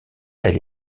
elle